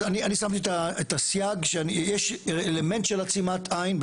אז אני שמתי את הסייג שיש אלמנט של עצימת עין,